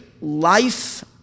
life